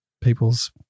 people's –